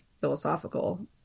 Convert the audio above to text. philosophical